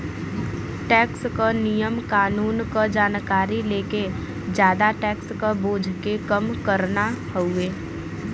tax क नियम कानून क जानकारी लेके जादा टैक्स क बोझ के कम करना हउवे